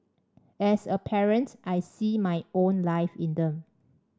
as a parent I see my own life in them